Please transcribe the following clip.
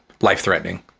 life-threatening